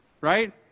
right